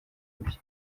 bye